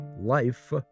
Life